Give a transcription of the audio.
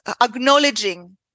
acknowledging